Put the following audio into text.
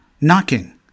knocking